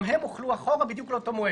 גם הן הוחלו אחורה בדיוק לאותו מועד,